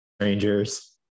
strangers